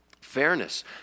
fairness